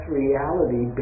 reality